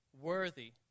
Worthy